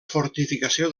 fortificació